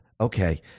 okay